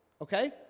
Okay